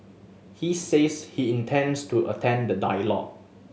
he says he intends to attend the dialogue